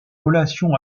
relations